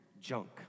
junk